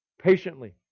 patiently